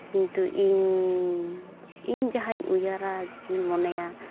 ᱠᱤᱱᱛᱩ ᱤᱧ ᱤᱧ ᱡᱟᱦᱟᱸᱧ ᱩᱭᱦᱟᱹᱨᱟ ᱡᱮᱧ ᱢᱚᱱᱮᱭᱟ